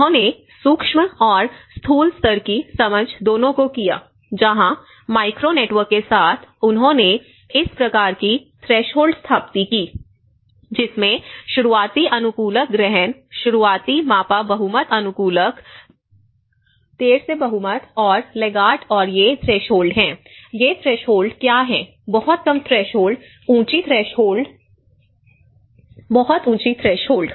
उन्होंने सूक्ष्म और स्थूल स्तर की समझ दोनों को किया जहां माइक्रो नेटवर्क के साथ उन्होंने इस प्रकार की थ्रेशोल्ड स्थापित की जिसमें शुरुआती अनुकूलक ग्रहण शुरुआती मापा बहुमत अनुकूलक देर से बहुमत और लैगार्ड और ये थ्रेशोल्ड हैं ये थ्रेशोल्ड क्या हैं बहुत कम थ्रेशोल्ड ऊंची थ्रेशोल्ड बहुत ऊंची थ्रेशोल्ड